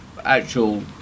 actual